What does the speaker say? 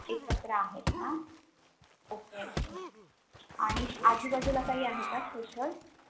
एकत्र आहेत ना ओके ओके आणि आजूबाजूला काही आहे का स्पेशल